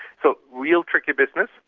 so real tricky business,